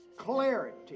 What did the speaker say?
Clarity